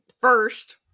first